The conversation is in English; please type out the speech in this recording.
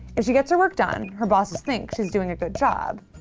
if she gets her work done, her bosses think she's doing a good job.